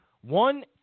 one